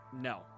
No